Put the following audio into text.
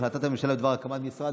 הצעת הממשלה בדבר הקמת משרד